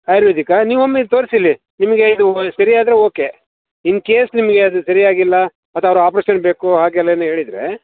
ಆಯುರ್ವೇದಿಕಾ ನೀವೊಮ್ಮೆ ಇಲ್ಲಿ ತೋರಿಸಿ ಇಲ್ಲಿ ನಿಮ್ಗೆ ಇದು ಸರಿಯಾದರೆ ಓಕೆ ಇನ್ ಕೇಸ್ ನಿಮಗೆ ಅದು ಸರಿಯಾಗಿಲ್ಲ ಅದು ಅವರು ಆಪರೇಷನ್ ಬೇಕು ಹಾಗೆಲ್ಲಾ ಏನು ಹೇಳಿದರೆ